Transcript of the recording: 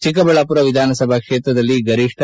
ಚಿಕ್ಕಬಳ್ಳಾಪುರ ವಿಧಾನಸಭಾ ಕ್ಷೇತ್ರದಲ್ಲಿ ಗರಿಷ್ಠ